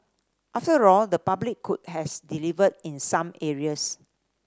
after all the public could has delivered in some areas